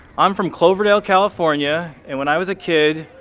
i'm from cloverdale, california, and when i was a kid,